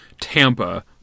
Tampa